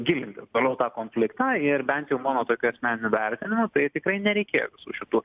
gilinti toliau tą konfliktą ir bent jau mano tokiu asmeniniu vertinimu tai tikrai nereikėtų su šitų